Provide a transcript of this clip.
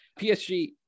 PSG